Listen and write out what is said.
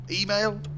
Email